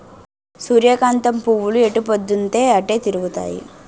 సూర్యకాంతం పువ్వులు ఎటుపోద్దున్తీ అటే తిరుగుతాయి